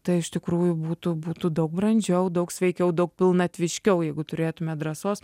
tai iš tikrųjų būtų būtų daug brandžiau daug sveikiau daug pilnatviškiau jeigu turėtume drąsos